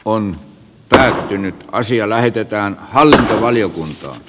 on täytynyt karsia lähetetään hallintovaliokunta